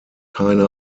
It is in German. keine